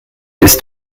ist